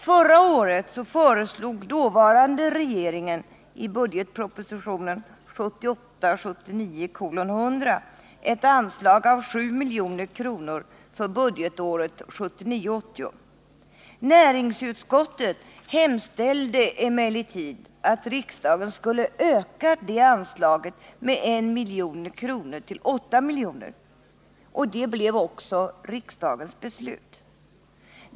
Förra året föreslog dåvarande regeringen i budgetpropositionen 1978 80. Näringsutskottet F 4 É 5 Ad : industridepartehemstälde emellertid gt riksdagen skulle öka Änsläger med I milj. ke till 8 mentels: verksam: milj.kr. Det blev också riksdagens beslut.